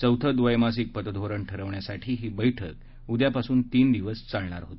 चौथं द्वात्तासिक पतधोरण ठरवण्यासाठी ही बछ्क उद्यापासून तीन दिवस चालणार होती